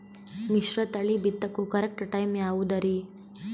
ಮಿಶ್ರತಳಿ ಬಿತ್ತಕು correct time ಯಾವುದರಿ?